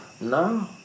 No